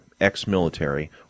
ex-military